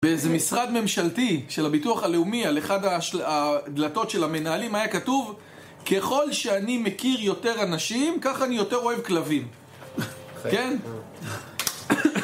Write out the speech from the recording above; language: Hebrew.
באיזה משרד ממשלתי של הביטוח הלאומי על אחת הדלתות של המנהלים היה כתוב, ככל שאני מכיר יותר אנשים, כך אני יותר אוהב כלבים, כן?